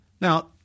Now